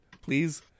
Please